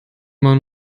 man